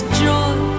joy